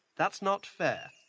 that's not fair.